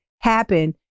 happen